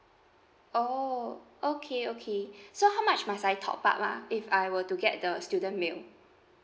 oh okay okay so how much must I top up ah if I were to get the student meal